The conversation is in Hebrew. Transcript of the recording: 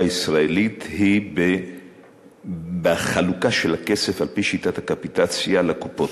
הישראלית היא בחלוקה של הכסף על-פי שיטת הקפיטציה לקופות.